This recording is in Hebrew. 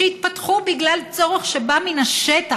שהתפתחו בגלל צורך שבא מן השטח.